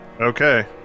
okay